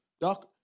Doc